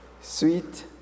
sweet